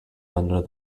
under